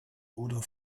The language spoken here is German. oder